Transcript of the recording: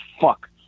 fuck